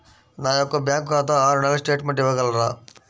నా యొక్క బ్యాంకు ఖాతా ఆరు నెలల స్టేట్మెంట్ ఇవ్వగలరా?